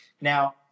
Now